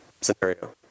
scenario